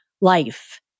life